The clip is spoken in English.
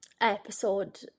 episode